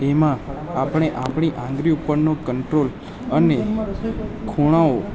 એમાં આપણે આપણી આંગળી ઉપરનો કંટ્રોલ અને ખુણાવો